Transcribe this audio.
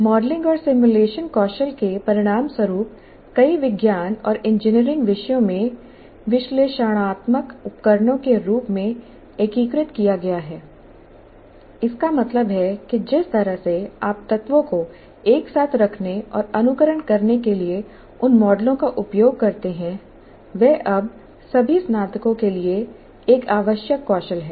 modelling और simulation कौशल के परिणामस्वरूप कई विज्ञान और इंजीनियरिंग विषयों में विश्लेषणात्मक उपकरणों के रूप में एकीकृत किया गया है इसका मतलब है कि जिस तरह से आप तत्वों को एक साथ रखने और अनुकरण करने के लिए उन मॉडलों का उपयोग करते हैं वह अब सभी स्नातकों के लिए एक आवश्यक कौशल है